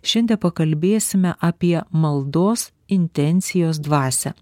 šiandie pakalbėsime apie maldos intencijos dvasią